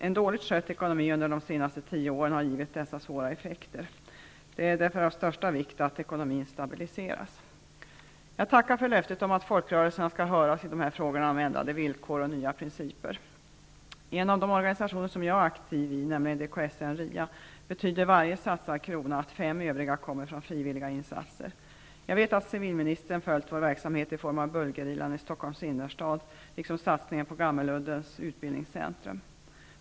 En dåligt skött ekonomi under de senaste tio åren har givit dessa svåra effekter. Därför är det av största vikt att ekonomin stabiliseras. Jag tackar för löftet om att folkrörelserna skall höras om ändrade villkor och nya principer. I en av de organisationer som jag är aktiv i, nämligen DKSN/RIA betyder varje satsad krona att det kommer ytterligare fem från frivilliga insatser. Jag vet att civilministern har följt vår verksamhet i form av Bullgerillan i Stockholms innerstad, liksom satsningen på Gammeluddens utbildningscentrum.